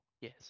Yes